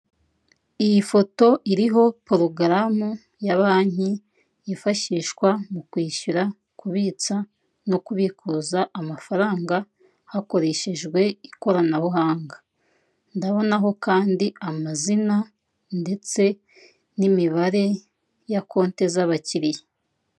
Iyi foto iriho porogaramu ya banki yifashishwa mu kwishyura, kubitsa no kubikuza amafaranga hakoreshejwe ikoranabuhanga, ndabonaho kandi amazina ndetse n'imibare ya konte z'abakiriya.